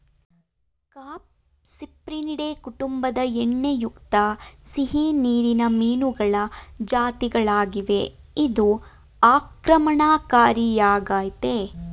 carp Cyprinidae ಕುಟುಂಬದ ಎಣ್ಣೆಯುಕ್ತ ಸಿಹಿನೀರಿನ ಮೀನುಗಳ ಜಾತಿಗಳಾಗಿವೆ ಇದು ಆಕ್ರಮಣಕಾರಿಯಾಗಯ್ತೆ